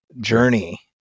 journey